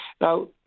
Now